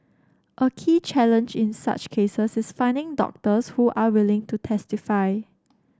a key challenge in such cases is finding doctors who are willing to testify